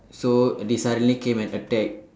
so they suddenly came and attack